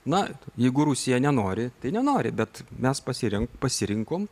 na jeigu rusija nenori tai nenori bet mes pasiren pasirinkom